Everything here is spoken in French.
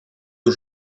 aux